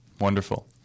Wonderful